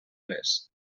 les